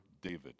david